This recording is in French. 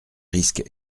risque